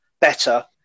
better